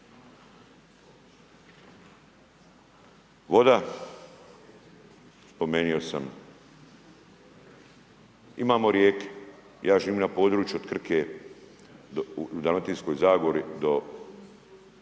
Voda. Spomenuo sam. Imamo rijeke. Ja živim na području od Krke u Dalmatinskoj zagori do Neretve.